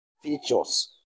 features